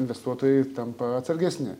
investuotojai tampa atsargesni